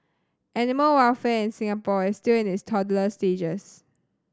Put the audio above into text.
animal welfare in Singapore is still in its toddler stages